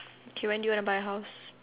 K when do you want to buy house